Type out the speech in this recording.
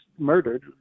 murdered